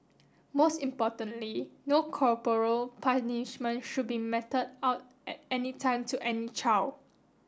most importantly no corporal punishment should be meted out at any time to any child